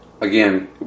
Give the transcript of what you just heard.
again